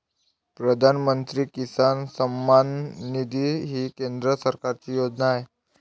प्रधानमंत्री किसान सन्मान निधी ही केंद्र सरकारची योजना आहे